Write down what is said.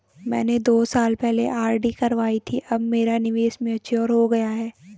मैंने दो साल पहले आर.डी करवाई थी अब मेरा निवेश मैच्योर हो गया है